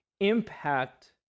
impact